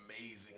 amazing